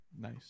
Nice